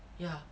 ya